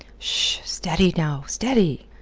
sh! steady now! steady!